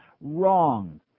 wrong